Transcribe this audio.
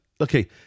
okay